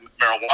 marijuana